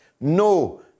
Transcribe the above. no